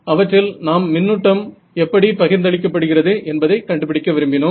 அவற்றில் நாம் மின்னூட்டம் எப்படி பகிர்ந்தளிக்கப்படுகிறது என்பதை கண்டுபிடிக்க விரும்பினோம்